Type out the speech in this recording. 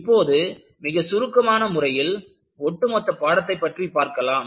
இப்போது மிகச் சுருக்கமான முறையில் ஒட்டுமொத்த பாடத்தை பற்றி பார்க்கலாம்